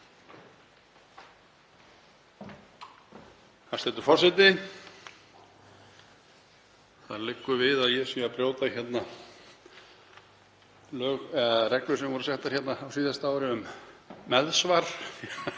Hæstv. forseti. Það liggur við að ég sé að brjóta reglur sem settar voru á síðasta ári um meðsvar.